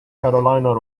carolina